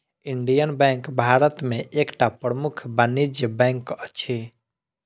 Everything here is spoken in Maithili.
इंडियन बैंक भारत में एकटा प्रमुख वाणिज्य बैंक अछि